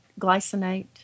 glycinate